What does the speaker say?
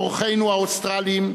אורחינו האוסטרלים,